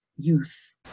youth